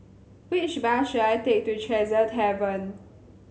which bus should I take to Tresor Tavern